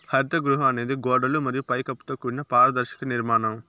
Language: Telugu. హరిత గృహం అనేది గోడలు మరియు పై కప్పుతో కూడిన పారదర్శక నిర్మాణం